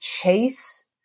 chase